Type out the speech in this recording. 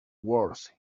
wars